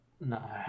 No